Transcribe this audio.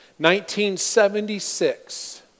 1976